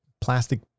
Plastic